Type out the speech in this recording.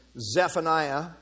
Zephaniah